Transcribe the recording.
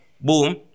Boom